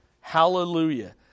Hallelujah